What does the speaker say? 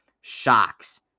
Shocks